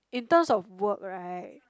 in terms of work right